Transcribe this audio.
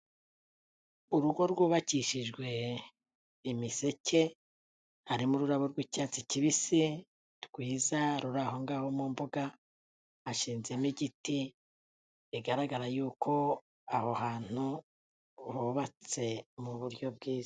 Urugo rwubakishijwe imiseke, harimo ururabo rw'icyatsi kibisi rwiza ruri aho ngaho mu mbuga, hashinzemo igiti, bigaragara y'uko aho hantu hubatse mu buryo bwiza.